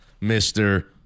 Mr